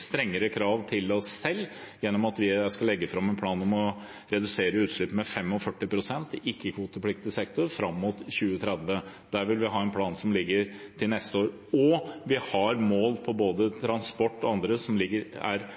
strengere krav til oss selv ved å legge fram en plan om å redusere utslippene med 45 pst. i ikke-kvotepliktig sektor fram mot 2030. Der vil vi ha en plan til neste år. Og vi har mål, for både transport og annet, som er